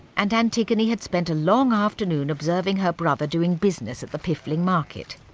and antigone had spent a long afternoon observing her brother doing business at the piffling market.